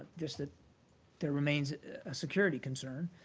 just that there remains a security concern,